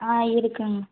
ஆ இருக்குங்க